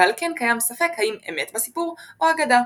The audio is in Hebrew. ועל כן קיים ספק האם אמת בסיפור או אגדה.